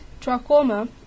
trachoma